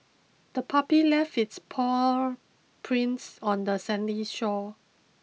the puppy left its paw prints on the sandy shore